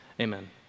Amen